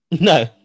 No